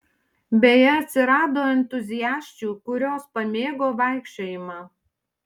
beje atsirado entuziasčių kurios pamėgo vaikščiojimą